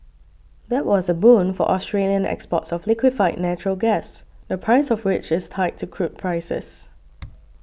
that was a boon for Australian exports of liquefied natural gas the price of which is tied to crude prices